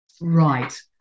Right